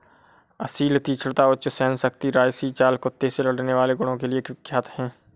असील तीक्ष्णता, उच्च सहनशक्ति राजसी चाल कुत्ते से लड़ने वाले गुणों के लिए विख्यात है